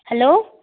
hello